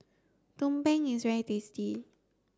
Tumpeng is very tasty